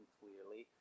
clearly